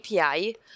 API